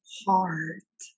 heart